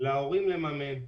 להורים לממן,